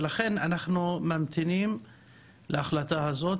ולכן אנחנו ממתינים להחלטה הזו,